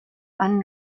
einen